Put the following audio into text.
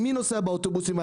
מי נוסע באוטובוסים?